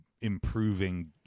improving